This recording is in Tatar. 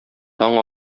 таң